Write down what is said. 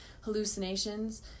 hallucinations